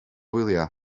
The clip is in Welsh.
wyliau